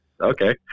okay